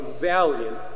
valiant